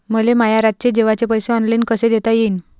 मले माया रातचे जेवाचे पैसे ऑनलाईन कसे देता येईन?